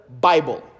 Bible